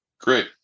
Great